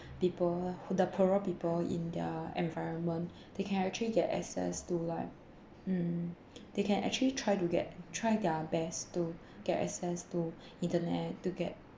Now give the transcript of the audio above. people who the poorer people in their environment they can actually get access to like mm they can actually try to get try their best to get access to internet to get